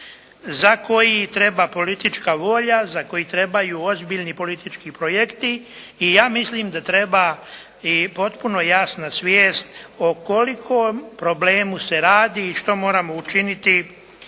za koji treba politička volja, za koji trebaju ozbiljni politički projekti i ja mislim da treba i potpuno jasna svijest o kolikom problemu se radi i što moramo učiniti